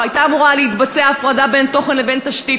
הייתה אמורה להתבצע הפרדה בין תוכן לבין תשתית,